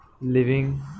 living